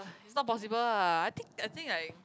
is not possible ah I think I think I